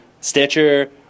Stitcher